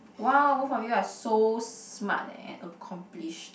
(woah) both of you are so smart and accomplished